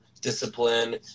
discipline